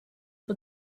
for